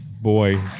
Boy